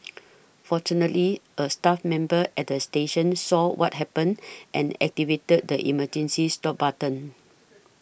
fortunately a staff member at the station saw what happened and activated the emergency stop button